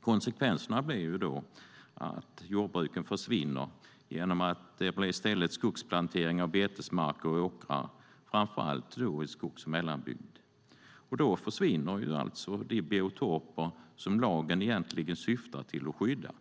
Konsekvenserna blir att jordbruken försvinner och att det blir skogsplantering av betesmarker och åkrar, framför allt i skogs och mellanbygd. Då försvinner de biotoper som lagen egentligen syftade till att skydda.